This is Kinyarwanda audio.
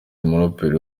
umuraperi